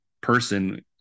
person